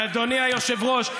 אדוני היושב-ראש,